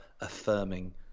affirming